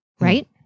Right